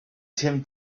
tim